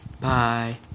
Bye